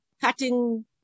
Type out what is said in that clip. cutting